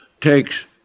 takes